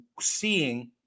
seeing